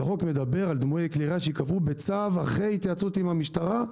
החוק מדבר על דמויי כלי ירייה שייקבע בצו אחרי התייעצות עם המשטרה.